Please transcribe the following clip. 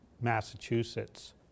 Massachusetts